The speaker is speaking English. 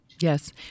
Yes